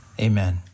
Amen